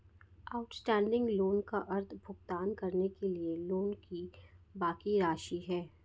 outstanding loan का अर्थ भुगतान करने के लिए लोन की बाकि राशि है